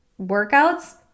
workouts